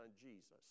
jesus